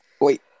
Wait